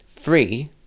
free